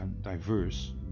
diverse